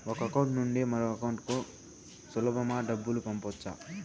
ఒక అకౌంట్ నుండి మరొక అకౌంట్ కు సులభమా డబ్బులు పంపొచ్చా